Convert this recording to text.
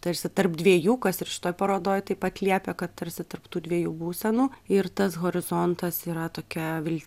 tarsi tarp dviejų kas ir šitoj parodoj taip pat lieka kad tarsi tarp tų dviejų būsenų ir tas horizontas yra tokia vilt